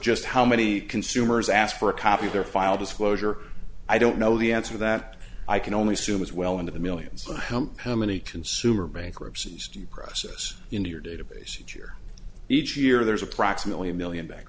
just how many consumers asked for a copy of their file disclosure i don't know the answer that i can only assume is well into the millions on him how many consumer bankruptcies due process in your database each year each year there is approximately a million ba